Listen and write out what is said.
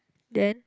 then